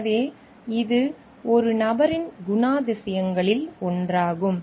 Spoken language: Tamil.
எனவே இது ஒரு நபரின் குணாதிசயங்களில் ஒன்றாகும்